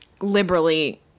liberally